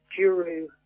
Juru